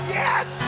yes